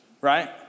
Right